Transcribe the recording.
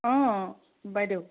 অঁ বাইদেউ